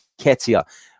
ketia